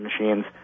machines